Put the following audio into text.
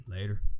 Later